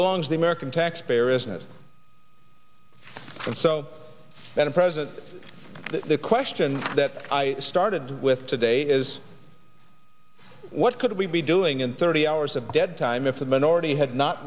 belongs the american taxpayer isn't it so that a president the question that i started with today is what could we be doing in thirty hours of dead time if the minority had not